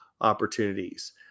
opportunities